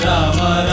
Rama